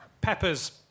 Peppers